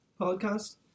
podcast